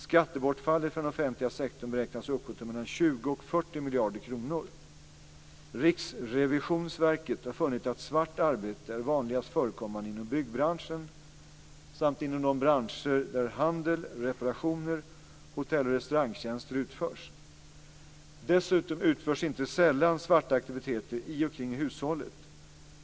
Skattebortfallet för den offentliga sektorn beräknas uppgå till mellan 20 och 40 miljarder kronor. Riksrevisionsverket har funnit att svart arbete är vanligast förekommande inom byggbranschen samt inom de branscher där handel, reparationer och hotell och restaurangtjänster utförs. Dessutom utförs inte sällan svarta aktiviteter i och kring hushållet.